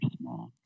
small